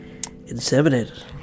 inseminated